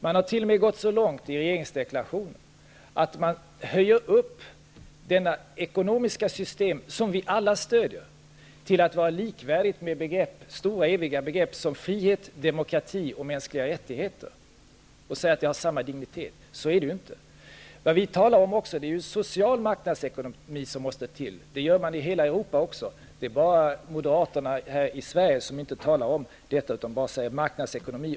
Man har t.o.m. gått så långt i regeringsdeklarationen att man höjer upp detta ekonomiska system, som vi alla stöder, till att vara likvärdigt med stora och eviga begrepp som frihet, demokrati och mänskliga rättigheter och säger att det har samma dignitet. Så är det ju inte. Vad vi talar om är att det måste till en social marknadsekonomi. Det gör man i hela Europa också. Det är bara moderaterna här i Sverige som inte talar om detta utan enbart om marknadsekonomi.